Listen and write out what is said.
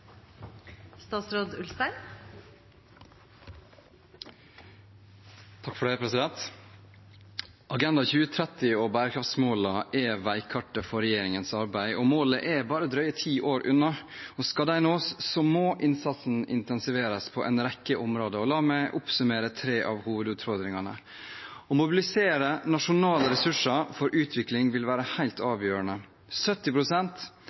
Agenda 2030 og bærekraftsmålene er veikartet for regjeringens arbeid. Målene er bare drøye ti år unna, og skal de nås, må innsatsen intensiveres på en rekke områder. La meg oppsummere tre av hovedutfordringene. Å mobilisere nasjonale ressurser for utvikling vil